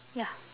ya